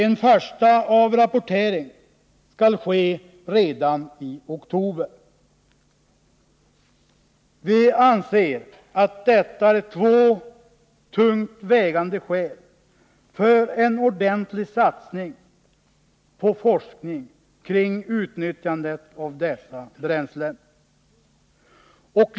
En första avrapportering skall ske redan i oktober. Vi anser att detta är två tungt vägande skäl för en ordentlig satsning på forskning om utnyttjandet av dessa bränslen.